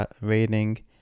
rating